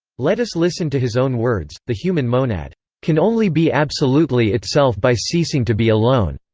let us listen to his own words the human monad can only be absolutely itself by ceasing to be alone.